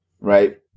Right